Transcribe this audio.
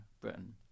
Britain